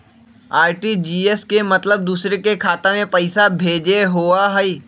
RTGS के मतलब दूसरे के खाता में पईसा भेजे होअ हई?